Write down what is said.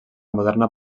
moderna